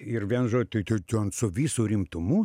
ir vien žo tai te ten su visu rimtumu